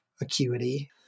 Acuity